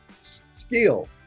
skill